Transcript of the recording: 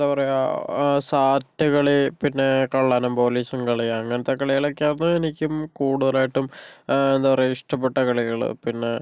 എന്താ പറയുക സാറ്റ് കളി പിന്നെ കള്ളനും പോലീസും കളി അങ്ങനത്തെ കളികളൊക്കെയാണ് എനിക്കും കൂടുതലായിട്ടും എന്താ പറയുക ഇഷ്ടപ്പെട്ട കളികള് പിന്നെ